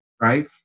right